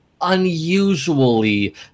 unusually